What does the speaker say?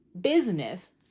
business